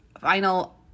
final